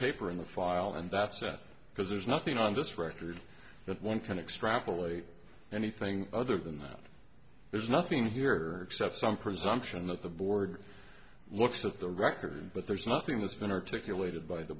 paper in the file and that's that because there's nothing on this record that one can extrapolate anything other than that there's nothing here except some presumption that the board looks at the record but there's nothing that's been articulated by the